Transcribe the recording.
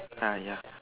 uh ya